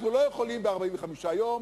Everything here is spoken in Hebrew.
אנחנו לא יכולים ב-45 יום,